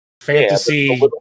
fantasy